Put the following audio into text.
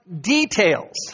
details